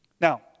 Now